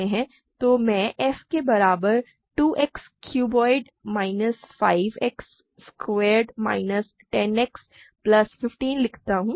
तो मैं f के बराबर 2 X cubed minus 5 X squared minus 10 X plus 15 लिखता हूँ